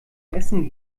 essen